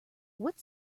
what